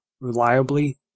reliably